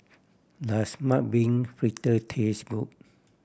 does mung bean fritter taste good